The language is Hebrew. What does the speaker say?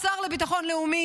השר לביטחון לאומי,